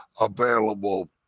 available